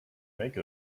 make